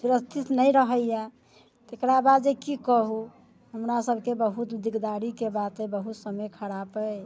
सुरक्षित नहि रहैये तकरा बाद जे की कहू हमरा सबके बहुत दिकदारीके बात बहुत समय खराप अइ